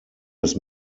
des